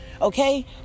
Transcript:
Okay